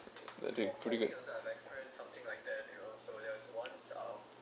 ya doing pretty good